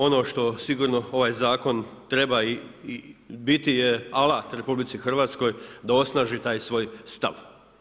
Ono što sigurno ovaj zakon treba biti je alat RH da osnaži taj svoj stav.